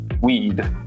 weed